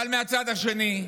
אבל מהצד השני,